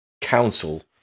council